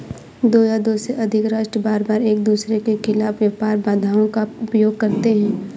दो या दो से अधिक राष्ट्र बारबार एकदूसरे के खिलाफ व्यापार बाधाओं का उपयोग करते हैं